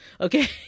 okay